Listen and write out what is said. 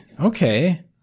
Okay